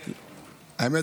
האמת,